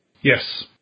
Yes